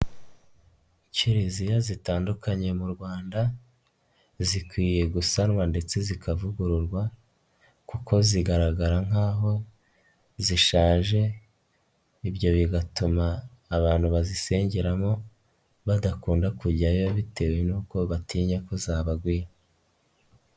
Kiliziya zitandukanye mu Rwanda, zikwiye gusanwa ndetse zikavugururwa kuko zigaragara nk'aho zishaje, ibyo bigatuma abantu bazisengeramo, badakunda kujyayo bitewe n'uko batinya ko zabagwira.